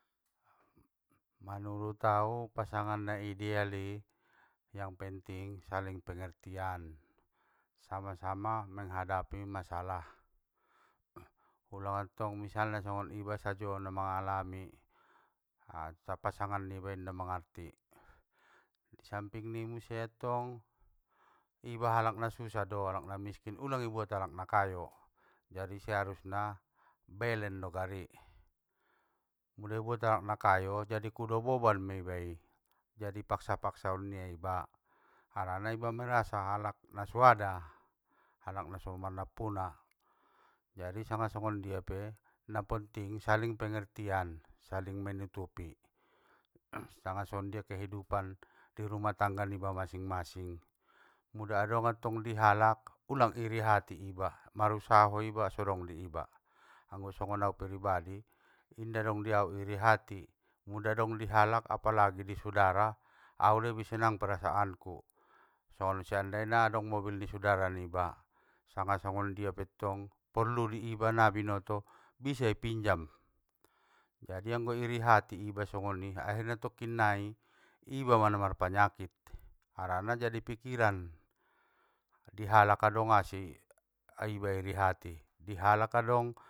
Manurut au pasangan na ideal i, yang penting saling pengertian, sama sama menghadapi masalah, ulang attong misalna songon iba sajo namanggalami, ta pasanggan niba inda mangarti, i sampingni muse attong, iba alak na susah do, alak namiskin ulang i buat alak nakayo. Jadi seharusna, belen do gari mula ibuat alak nakayo jadi kudo boban mei iba i, jadi paksa paksaon niba iba, harana iba merasa halak nasuada! Halak naso manarpuna, jadi sanga songondia pe, naponting saling penegertian, saling menutupi sanga songgondia kehidupan di rumah tangga niba masing masing, mula adong attong di halak, ulang iri hati iba marusaho iba so adongi iba. Anggo songon au peribadi, inda adong diau iri hati, mula dong dihalak apalagi i sudara, au lebih senang perasaan ku, songon seandaina adong mobil nisudara niba, sanga songondia pettong, porlu di iba na binoto, bisa ipinjam, jadi anggo iri hati iba songoni akhirna tokkinnai ibama na marpanyakit, harana jadi pikiran. Dihalak adong asi, iba iri hati, dihalak adong.